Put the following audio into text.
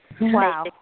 Wow